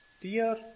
Dear